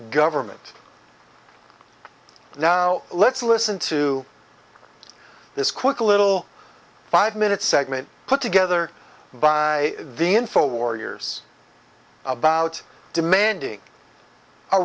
government now let's listen to this quick little five minute segment put together by the info warriors about demanding